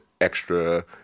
extra